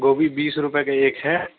گوبھی بیس روپئے کا ایک ہے